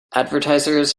advertisers